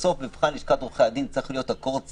מבחן לשכת עורכי הדין צריך להיות אקורד סיום.